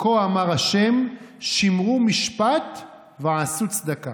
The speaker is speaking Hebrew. "כה אמר ה' שמרו משפט ועשו צדקה".